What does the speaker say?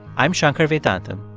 i'm shankar vedantam.